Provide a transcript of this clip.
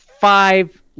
five